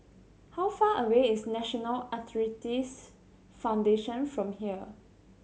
how far away is National Arthritis Foundation from here